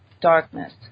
darkness